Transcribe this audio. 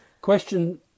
Question